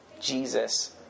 Jesus